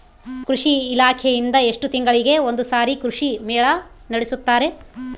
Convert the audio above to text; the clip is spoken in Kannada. ಕೃಷಿ ಇಲಾಖೆಯಿಂದ ಎಷ್ಟು ತಿಂಗಳಿಗೆ ಒಂದುಸಾರಿ ಕೃಷಿ ಮೇಳ ನಡೆಸುತ್ತಾರೆ?